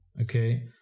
okay